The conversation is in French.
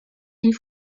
une